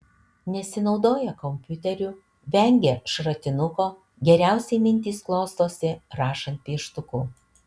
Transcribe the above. nesinaudoja kompiuteriu vengia šratinuko geriausiai mintys klostosi rašant pieštuku